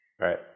right